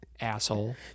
Asshole